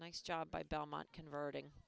nice job by belmont converting